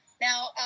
Now